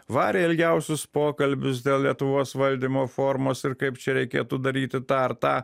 varė ilgiausius pokalbius dėl lietuvos valdymo formos ir kaip čia reikėtų daryti tą ar tą